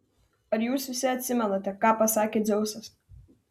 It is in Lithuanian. ar jūs visi atsimenate ką pasakė dzeusas